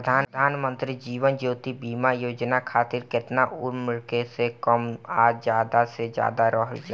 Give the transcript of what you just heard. प्रधानमंत्री जीवन ज्योती बीमा योजना खातिर केतना उम्र कम से कम आ ज्यादा से ज्यादा रहल चाहि?